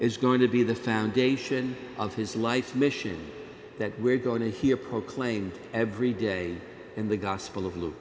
is going to be the foundation of his life mission that we're going to hear proclaimed every day in the gospel of